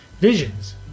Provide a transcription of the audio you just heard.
Visions